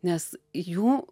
nes jų